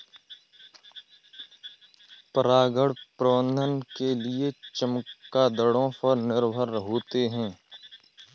परागण प्रबंधन के लिए चमगादड़ों पर निर्भर होते है